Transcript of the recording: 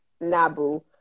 nabu